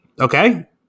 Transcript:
Okay